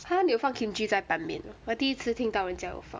!huh! 你有放 kimchi 在板面 ah 我第一次听到人家有放